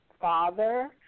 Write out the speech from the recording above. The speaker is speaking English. father